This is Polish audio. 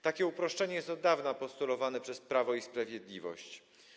Takie uproszczenie od dawna jest postulowane przez Prawo i Sprawiedliwość.